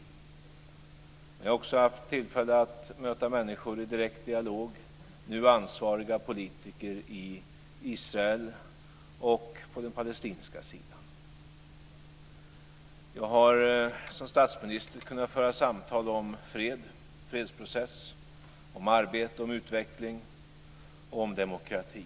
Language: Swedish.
Men jag har också haft tillfälle att möta människor i direkt dialog, nu ansvariga politiker i Israel och från den palestinska sidan. Jag har som statsminister kunnat föra samtal om fred, fredsprocess, om arbete, om utveckling, om demokrati.